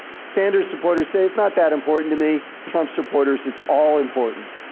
sanders supporters say, it's not that important to me. trump supporters, it's all important.